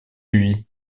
hui